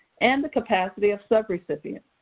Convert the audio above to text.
and the capacity of subrecipients.